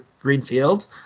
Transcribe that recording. Greenfield